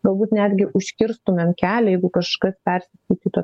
galbūt netgi užkirstumėm kelią jeigu kažkas persiskaitytų